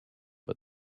but